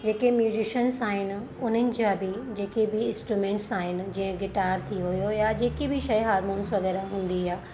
जेके म्यूज़िशंस आहिनि उन्हनि जा बि जेके बि इंस्ट्रूमेंट्स आहिनि जीअं गिटार थी वियो या जेकि बि शइ हार्मोंस वग़ैरह हूंदी आहे